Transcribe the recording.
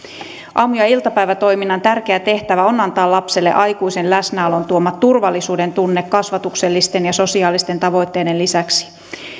aamu ja iltapäivätoiminnan tärkeä tehtävä on antaa lapselle aikuisen läsnäolon tuoma turvallisuuden tunne kasvatuksellisten ja sosiaalisten tavoitteiden lisäksi